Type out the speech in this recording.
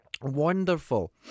Wonderful